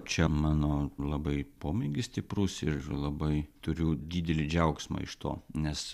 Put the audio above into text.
čia mano labai pomėgis stiprus ir labai turiu didelį džiaugsmą iš to nes